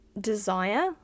desire